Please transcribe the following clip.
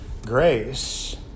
Grace